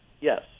Yes